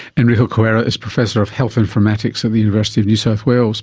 enrico coiera is professor of health informatics at the university of new south wales